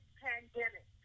pandemic